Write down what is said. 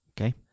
Okay